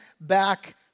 back